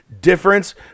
difference